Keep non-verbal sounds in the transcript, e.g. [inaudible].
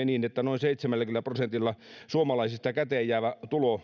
[unintelligible] niin että noin seitsemälläkymmenellä prosentilla suomalaisista käteenjäävä